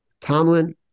Tomlin